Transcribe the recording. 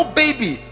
baby